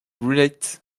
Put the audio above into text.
related